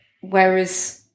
Whereas